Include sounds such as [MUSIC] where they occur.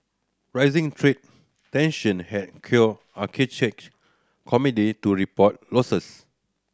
rising trade tension have cure [UNINTELLIGIBLE] commodity to report losses